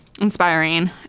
inspiring